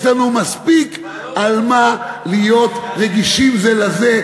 יש לנו מספיק על מה להיות רגישים זה לזה,